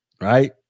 Right